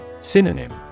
Synonym